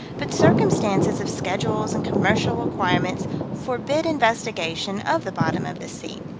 but circumstances of schedules and commercial requirements forbid investigation of the bottom of the sea.